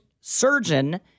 surgeon